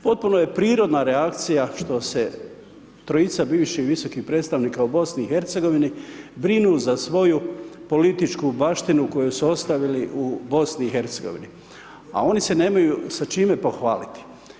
Potpuno je prirodna reakcija što se trojica bivših visokih predstavnika u BiH brinu za svoju političku baštinu koju su ostavili u BiH a oni se nemaju sa čime pohvaliti.